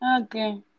Okay